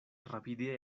rapide